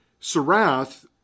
Sarath